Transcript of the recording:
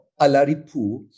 Alaripu